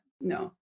no